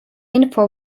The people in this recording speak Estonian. info